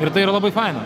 ir tai yra labai faina